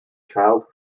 child